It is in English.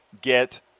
get